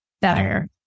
better